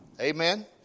Amen